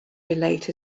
relate